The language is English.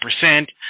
percent